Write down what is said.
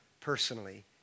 personally